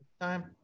time